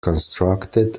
constructed